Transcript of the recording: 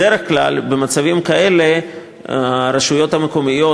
בדרך כלל במצבים כאלה הרשויות המקומיות,